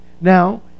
Now